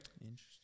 Interesting